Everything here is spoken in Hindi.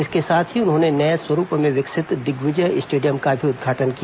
इसके साथ ही उन्होंने नये स्वरूप में विकसित दिग्विजय स्टेडियम का भी उद्घाटन किया